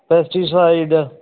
pesticide